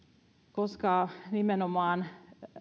koska nimenomaan